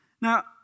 Now